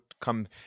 come